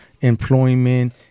employment